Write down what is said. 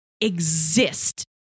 exist